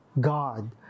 God